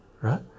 right